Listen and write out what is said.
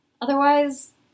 Otherwise